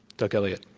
doug elliott.